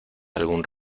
algún